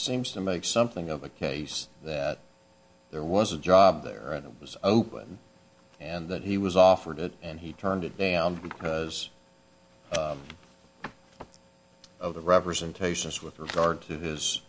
seems to make something of a case that there was a job there and it was open and that he was offered it and he turned it down as of the representations with regard to his